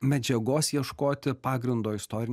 medžiagos ieškoti pagrindo istorinei